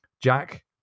Jack